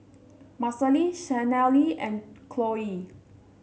Marcelle Shanelle and Chloie